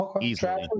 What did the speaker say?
Easily